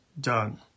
done